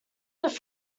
love